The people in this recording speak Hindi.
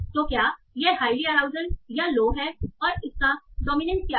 तो क्या यह हाईली अराउजल या लो है और इसका डोमिनेंस क्या है